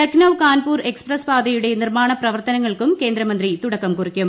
Lucknow Kanpur express പാതയുടെ നിർമ്മാണ പ്രവർത്തനങ്ങൾക്കും കേന്ദ്ര മന്ത്രി തുടക്കം കുറിക്കും